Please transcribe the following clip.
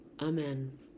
Amen